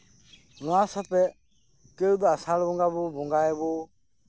ᱱᱚᱣᱟ ᱥᱟᱶᱛᱮ ᱜᱟᱹᱭ ᱫᱚ ᱟᱥᱟᱲ ᱵᱚᱸᱜᱟ ᱵᱚ ᱵᱚᱸᱜᱟᱭᱟᱵᱚ